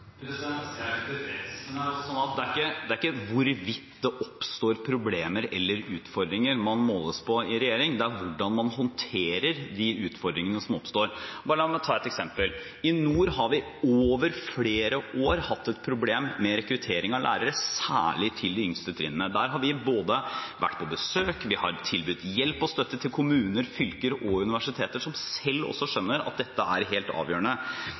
er ikke tilfreds, men det er ikke hvorvidt det oppstår problemer eller utfordringer, man måles på i regjering. Det er hvordan man håndterer de utfordringene som oppstår. La meg ta et eksempel: I nord har vi over flere år hatt et problem med rekruttering av lærere, særlig til de yngste trinnene. Vi har vært på besøk der, vi har tilbudt hjelp og støtte til kommuner, fylker og universiteter, som selv også skjønner at dette er helt avgjørende.